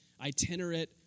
itinerant